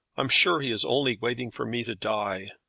i'm sure he is only waiting for me to die.